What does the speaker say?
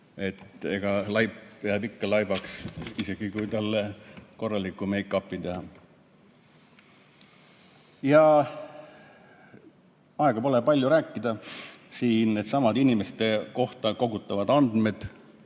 Laip jääb ikka laibaks, isegi kui talle korralikkumake up'i teha. Aega pole palju rääkida, siin needsamad inimeste kohta kogutavad andmed,